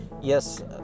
Yes